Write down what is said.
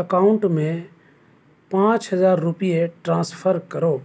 account میں پانچ ہزار روپئے ٹرانسفر کرو